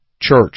Church